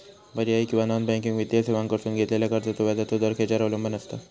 पर्यायी किंवा non banking वित्तीय सेवांकडसून घेतलेल्या कर्जाचो व्याजाचा दर खेच्यार अवलंबून आसता?